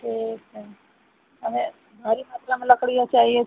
ठीक है हमें भारी मात्रा में लकड़ियाँ चाहिए